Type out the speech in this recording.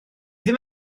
ddim